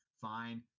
Fine